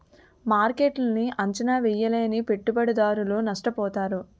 మార్కెట్ను అంచనా వేయలేని పెట్టుబడిదారులు నష్టపోతారు